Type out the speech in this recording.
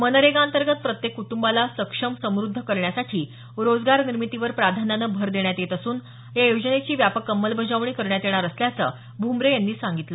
मनरेगा अंतर्गत प्रत्येक कुटुंबाला सक्षम समद्ध करण्यासाठी रोजगार निर्मितीवर प्राधान्याने भर देण्यात येत असून या योजनेची व्यापक अंमलबजावणी करण्यात येणार असल्याचं भूमरे यांनी सांगितलं